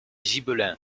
gibelins